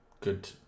Good